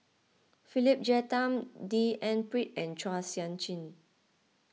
Philip Jeyaretnam D N Pritt and Chua Sian Chin